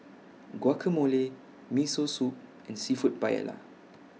Guacamole Miso Soup and Seafood Paella